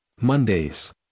Mondays